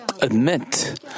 admit